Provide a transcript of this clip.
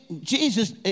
Jesus